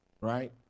right